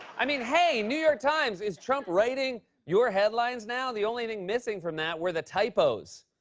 i mean, hey, new york times, is trump writing your headlines now? the only thing missing from that were the typos.